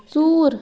ژوٗر